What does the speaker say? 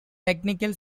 technical